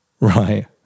Right